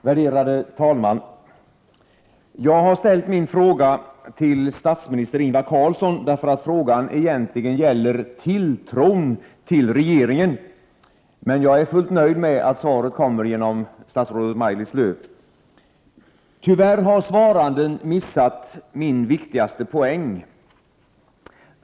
Herr talman! Jag har ställt min fråga till statsminister Ingvar Carlsson, därför att frågan egentligen gäller tilltron till regeringen — men jag är fullt nöjd med att svaret kommer genom statsrådet Maj-Lis Lööw. Tyvärr har svararen missat min viktigaste poäng.